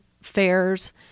fairs